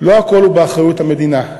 לא הכול הוא באחריות המדינה.